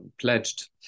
pledged